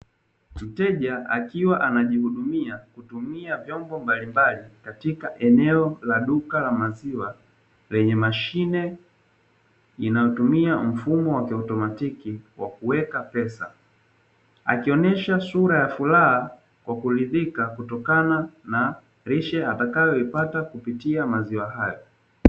Mteja akiwa anajihudumia kutumia vyombo mbalimbali katika eneo la duka la maziwa lenye mashine inayotimia mfumo wa kiautomatiki wa kuweka pesa. Akionesha sura ya furaha kwa kuridhika kutokana na lishe atakayoipata kupitia maziwa hayo.